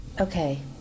okay